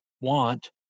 want